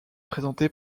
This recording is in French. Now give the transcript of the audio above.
présenté